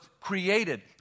created